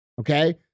okay